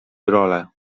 role